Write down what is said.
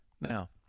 Now